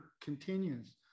continues